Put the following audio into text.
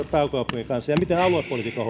kanssa ja miten aluepolitiikka